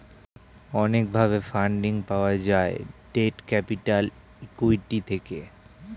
অনেক ভাবে ফান্ডিং পাওয়া যায় ডেট ক্যাপিটাল, ইক্যুইটি থেকে